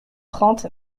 trente